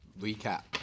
Recap